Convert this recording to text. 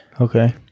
Okay